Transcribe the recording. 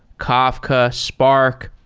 kafka, spark.